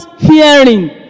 hearing